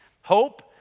Hope